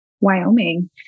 Wyoming